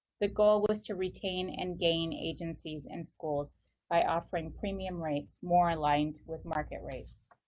the goal was to retain and gain agencies and schools by offering premium rates more aligned with market rates.